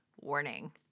warning